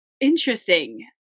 interesting